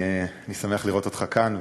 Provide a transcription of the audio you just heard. אני שמח לראות אותך כאן,